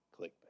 clickbait